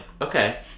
okay